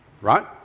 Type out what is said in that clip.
right